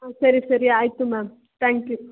ಹಾಂ ಸರಿ ಸರಿ ಆಯಿತು ಮ್ಯಾಮ್ ತ್ಯಾಂಕ್ ಯು